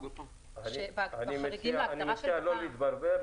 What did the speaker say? אני מציע לא להתברבר.